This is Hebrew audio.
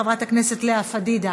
חברת הכנסת לאה פדידה.